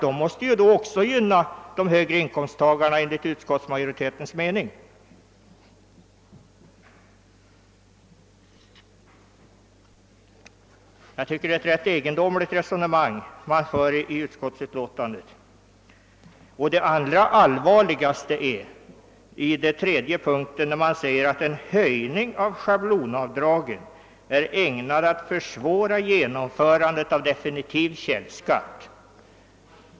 De måste ju också gynna de högre inkomsttagarna enligt utskottsmajoritetens resonemang. Jag tycker att skrivningen i utskottsutlåtandet är rätt egendomlig och det allvarligaste är uttalandet att en »höjning av schablonavdragen ——— är ägnad att försvåra genomförandet av en definitiv källskatt».